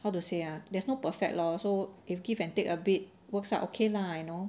how to say ah there's no perfect lor so if give and take a bit works out okay lah you know